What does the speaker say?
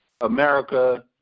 America